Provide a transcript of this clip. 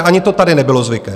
Ani to tady nebylo zvykem.